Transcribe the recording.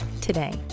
today